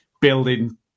building